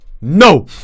NO